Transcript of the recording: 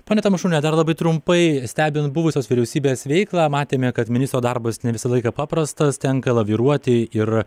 ponia tamašūniene dar labai trumpai stebint buvusios vyriausybės veiklą matėme kad ministro darbas ne visą laiką paprastas tenka laviruoti ir